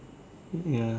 ya